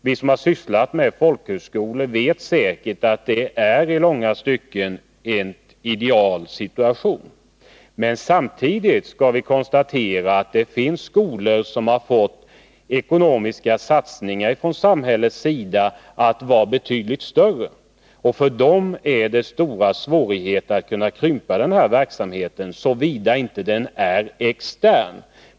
Vi som har sysslat med folkhögskolor vet säkert att detta i långa stycken är en idealsituation, men samtidigt kan vi konstatera att det finns skolor där samhället tidigare har gjort ekonomiska satsningar för att de skulle kunna bli betydligt större. För dem blir det stora svårigheter att krympa verksamheten, såvida denna inte är extern.